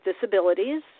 disabilities